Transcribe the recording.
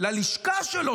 ללשכה שלו,